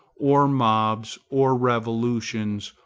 or mobs, or revolutions,